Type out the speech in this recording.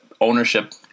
ownership